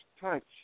touch